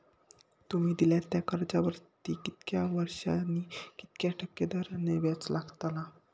तुमि दिल्यात त्या कर्जावरती कितक्या वर्सानी कितक्या टक्के दराने व्याज लागतला?